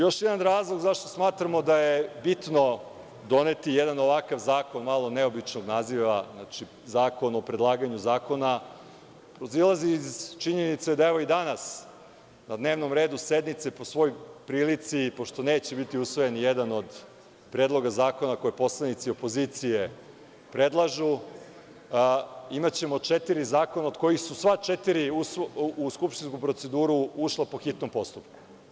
Još jedan razlog zašto smatramo da je bitno doneti jedan ovakav zakon malo neobičnog naziva, Zakon o predlaganju zakona, proizilazi iz činjenice da i danas na dnevnom redu sednice po svoj prilici, pošto neće biti usvojen nijedan od predloga zakona koje poslanici opozicije predlažu, imaćemo četiri zakona od kojih su sva četiri u skupštinsku proceduru ušla po hitnom postupku.